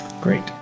Great